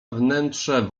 wnętrze